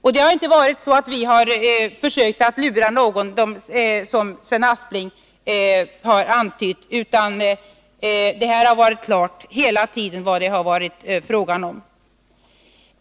När det gäller karensdagarna har vi inte försökt lura någon, som Sven Aspling antydde, utan det har hela tiden varit klart vad det har varit fråga om.